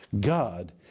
God